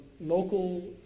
local